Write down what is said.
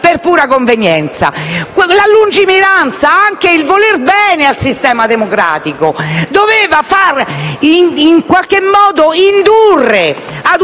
pura convenienza. La lungimiranza e il voler bene al sistema democratico avrebbero dovuto in qualche modo indurre a un